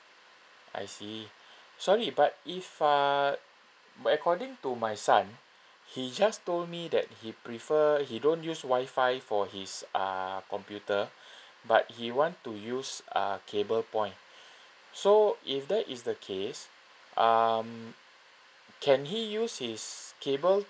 I see sorry but if uh but according to my son he just told me that he prefer he don't use wifi for his uh computer but he want to use uh cable point so if that is the case um can he use his cable